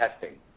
testing